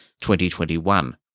2021